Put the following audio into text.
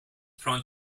prone